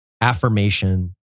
affirmation